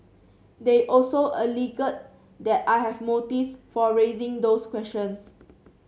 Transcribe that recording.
they also alleged that I have motives for raising those questions